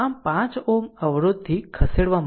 આ 5 Ωઅવરોધથી ખસેડવા માટે